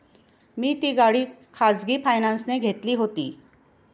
मी ती गाडी खाजगी फायनान्सने घेतली होती